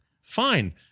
Fine